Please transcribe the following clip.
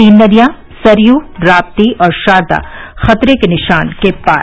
तीन नदियां सरय राप्ती और शारदा खतरे के निशान के पार